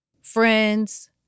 friends